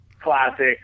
Classic